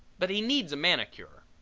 but he needs a manicure.